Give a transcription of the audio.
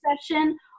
session